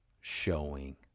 showing